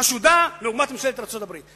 חשודה לעומת ממשלת ארצות-הברית.